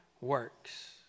works